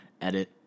edit